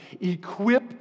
equip